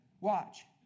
Watch